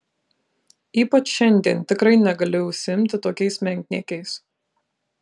ypač šiandien tikrai negali užsiimti tokiais menkniekiais